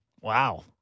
Wow